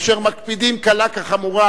אשר מקפידים קלה כחמורה,